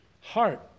heart